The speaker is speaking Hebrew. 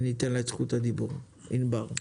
אני אתן לה את זכות הדיבור, ענבר.